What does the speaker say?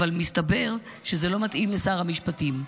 אבל מסתבר שזה לא מתאים לשר המשפטים,